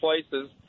places